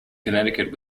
connecticut